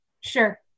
Sure